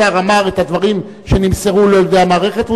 השר אמר את הדברים שנמסרו לו על-ידי המערכת,